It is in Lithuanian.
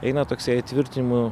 eina toksai įtvirtinimų